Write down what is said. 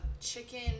chicken